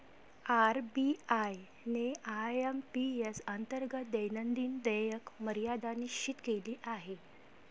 RBI ने IMPS अंतर्गत दैनंदिन देयक मर्यादा निश्चित केली आहे